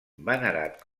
venerat